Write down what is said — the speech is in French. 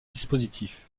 dispositif